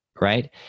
right